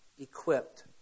equipped